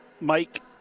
Mike